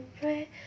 pray